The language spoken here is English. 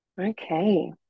okay